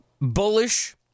bullish